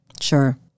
Sure